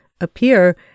appear